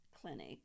clinic